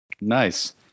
Nice